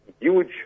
huge